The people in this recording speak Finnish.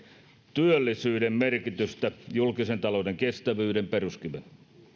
työllisyyden merkitystä julkisen talouden kestävyyden peruskivenä